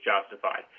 justified